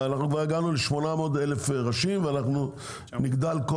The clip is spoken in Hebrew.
אנחנו כבר הגענו ל-800 אלף ראשים ואנחנו נגדל כל